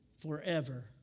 forever